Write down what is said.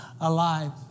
alive